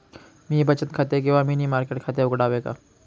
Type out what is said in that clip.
मी बचत खाते किंवा मनी मार्केट खाते उघडावे का?